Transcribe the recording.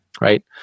right